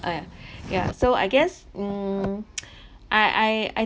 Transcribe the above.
ah yeah so I guess mm I I I